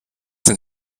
denn